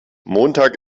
montag